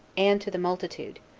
and to the multitude,